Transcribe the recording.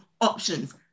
options